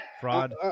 Fraud